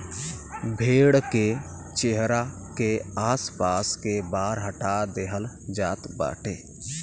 भेड़ के चेहरा के आस पास के बार हटा देहल जात बाटे